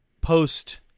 post